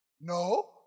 no